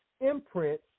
imprint